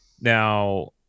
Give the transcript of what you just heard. Now